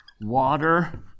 water